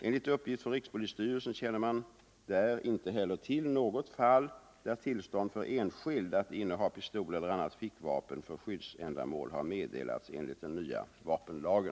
Enligt uppgift från rikspolisstyrelsen känner man där inte heller till något fall där tillstånd för enskild att inneha pistol eller annat fickvapen för skyddsändamål har meddelats enligt den nya vapenlagen.